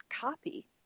copy